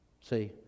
See